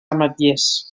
ametllers